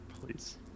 please